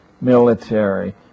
military